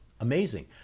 amazing